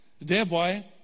Thereby